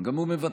גם הוא מוותר,